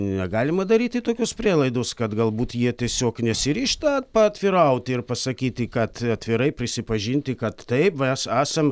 negalima daryti tokios prielaidos kad galbūt jie tiesiog nesiryžta paatvirauti ir pasakyti kad atvirai prisipažinti kad taip mes esam